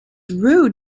rude